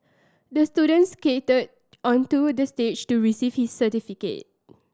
the student skated onto the stage to receive his certificate